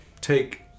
take